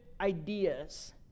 ideas